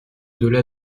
delà